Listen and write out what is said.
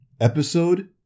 episode